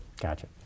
Gotcha